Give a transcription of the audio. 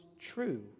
true